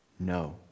No